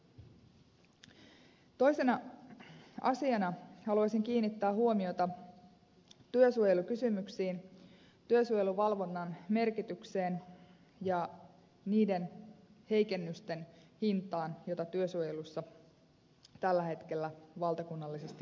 toisena asiana haluaisin kiinnittää huomiota työsuojelukysymyksiin työsuojeluvalvonnan merkitykseen ja niiden heikennysten hintaan jota työsuojelussa tällä hetkellä valtakunnallisesti maksetaan